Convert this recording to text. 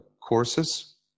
courses